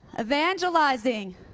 Evangelizing